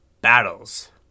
battles